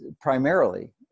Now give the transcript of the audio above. primarily